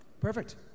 Perfect